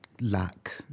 lack